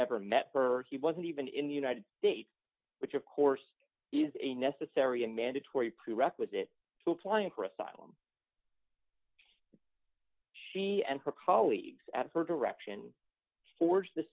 never met her he wasn't even in the united states which of course is a necessary and mandatory prerequisite to applying for asylum she and her colleagues at her direction forged the